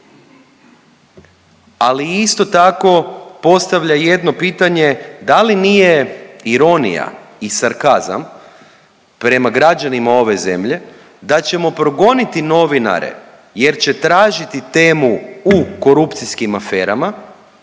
ali isto tako, postavlja jedno pitanje, da li nije ironija i sarkazam prema građanima ove zemlje, da ćemo progoniti novinare jer će tražiti temu u korupcijskim aferama